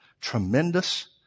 tremendous